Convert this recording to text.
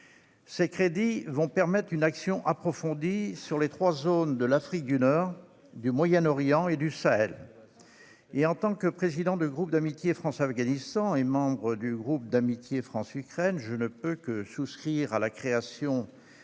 Ces crédits vont permettre une action approfondie dans les trois zones de l'Afrique du Nord, du Moyen-Orient et du Sahel. En tant que président du groupe interparlementaire d'amitié France-Afghanistan et que membre du groupe France-Ukraine, je ne peux que souscrire à la création